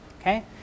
Okay